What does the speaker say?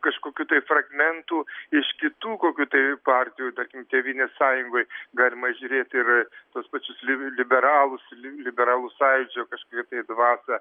kažkokių tai fragmentų iš kitų kokių tai partijų tarkim tėvynės sąjungoj galima įžiūrėti ir tuos pačius li liberalus li liberalų sąjūdžio kažkokią tai dvasią